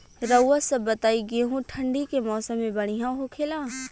रउआ सभ बताई गेहूँ ठंडी के मौसम में बढ़ियां होखेला?